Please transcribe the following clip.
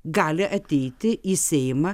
gali ateiti į seimą